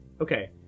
Okay